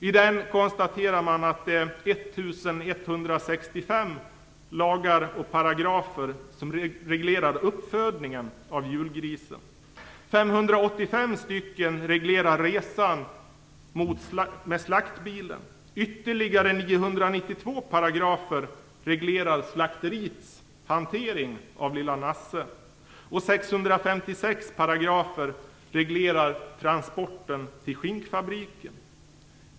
I den konstaterar man att det är 1 165 lagar och paragrafer som reglerar uppfödningen av julgrisen. 585 paragrafer reglerar resan med slaktbilen. Ytterligare 992 paragrafer reglerar slakteriets hantering av lilla Nasse. 656 paragrafer reglerar transporten till skinkfabriken.